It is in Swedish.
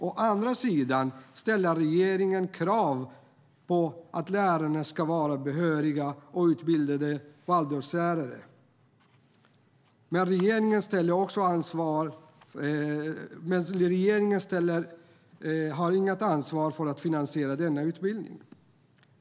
Å ena sidan ställer regeringen krav på att lärarna ska vara behöriga och utbildade Waldorflärare, å andra sidan tar regeringen inget ansvar för att finansiera denna utbildning.